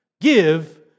Give